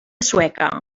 sueca